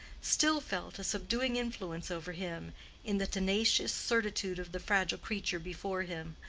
still felt a subduing influence over him in the tenacious certitude of the fragile creature before him,